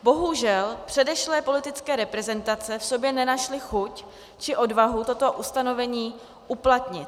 Bohužel předešlé politické reprezentace v sobě nenašly chuť či odvahu toto ustanovení uplatnit.